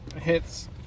hits